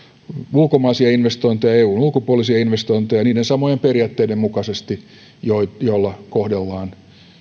ulkomaisia investointeja eun ulkopuolisia investointeja niiden samojen periaatteiden mukaisesti joilla kohdellaan